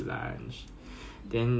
okay lah but it's good to catch up with them lah